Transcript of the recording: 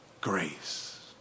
grace